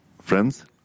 Friends